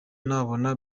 nabona